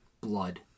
blood